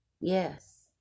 Yes